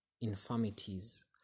infirmities